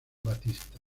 batista